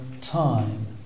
time